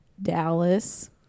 dallas